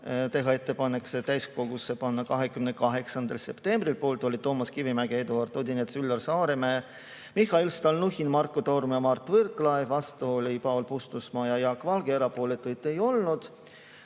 teha ettepanek panna see täiskogu [päevakorda] 28. septembril. Poolt olid Toomas Kivimägi, Eduard Odinets, Üllar Saaremäe, Mihhail Stalnuhhin, Marko Torm ja Mart Võrklaev, vastu olid Paul Puustusmaa ja Jaak Valge, erapooletuid ei olnud.